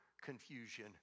confusion